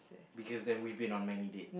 because then we've been on many date